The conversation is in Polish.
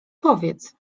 powiedz